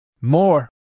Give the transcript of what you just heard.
More